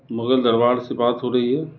مغل دربار سے بات ہو رہی ہے